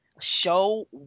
show